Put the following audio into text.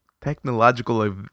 technological